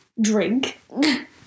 drink